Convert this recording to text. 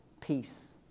peace